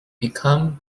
become